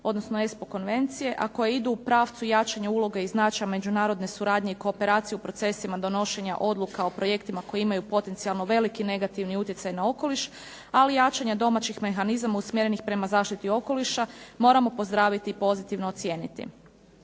odnosno ESPO konvencije a koje idu u pravcu jačanja uloga i značaja međunarodne suradnje i kooperacije u procesima donošenja odluka o projektima koje imaju potencijalno veliki negativni utjecaj na okoliš, ali jačanja domaćih mehanizama usmjerenih prema zaštiti okoliša, moramo pozdraviti i pozitivno ocijeniti.